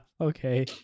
okay